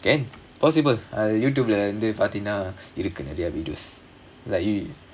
can possible ah YouTube lah வந்து பார்த்தீனா இருக்கு நெறய:vandhu paartheenaa irukku neraya videos like you